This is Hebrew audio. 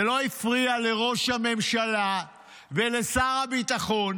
זה לא הפריע לראש הממשלה ולשר הביטחון